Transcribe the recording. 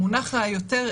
המונח היותר